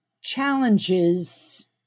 challenges